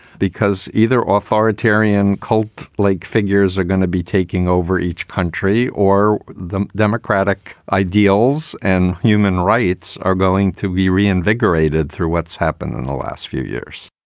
because either authoritarian cold lake figures are going to be taking over each country or the democratic ideals and human rights are going to be reinvigorated through what's happened in the last few years